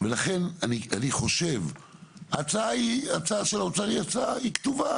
ולכן אני חושב ההצעה היא הצעה של האוצר היא כתובה,